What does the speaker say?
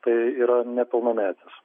tai yra nepilnametis